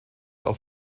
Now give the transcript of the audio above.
auf